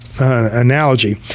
analogy